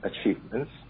achievements